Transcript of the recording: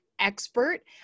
expert